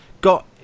got